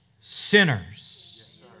sinners